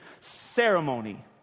ceremony